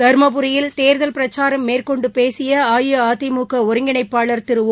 தருமபுரியில் தேர்தல் பிரச்சாரம் மேற்கொண்டு பேசிய அஇஅதிமுக ஒருங்கிணைப்பாளர் திரு ஒ